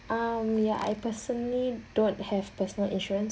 um ya I personally don't have personal insurance